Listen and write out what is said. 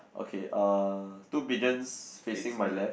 okay uh two pigeons facing my left